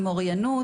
עם אוריינות,